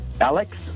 Alex